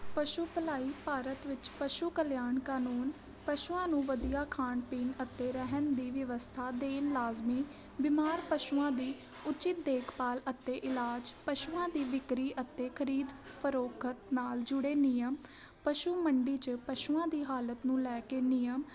ਪਸ਼ੂ ਭਲਾਈ ਭਾਰਤ ਵਿੱਚ ਪਸ਼ੂ ਕਲਿਆਣ ਕਾਨੂੰਨ ਪਸ਼ੂਆਂ ਨੂੰ ਵਧੀਆ ਖਾਣ ਪੀਣ ਅਤੇ ਰਹਿਣ ਦੀ ਵਿਵਸਥਾ ਅਤੇ ਲਾਜ਼ਮੀ ਬਿਮਾਰ ਪਸ਼ੂਆਂ ਦੀ ਉਚਿਤ ਦੇਖਭਾਲ ਅਤੇ ਇਲਾਜ ਪਸ਼ੂਆਂ ਦੀ ਵਿਕਰੀ ਅਤੇ ਖਰੀਦ ਪ੍ਰੋਗਤ ਨਾਲ ਜੁੜੇ ਨਿਯਮ ਪਸ਼ੂ ਮੰਡੀ 'ਚ ਪਸ਼ੂਆਂ ਦੀ ਹਾਲਤ ਨੂੰ ਲੈ ਕੇ ਨਿਯਮ